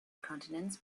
continents